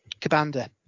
Cabanda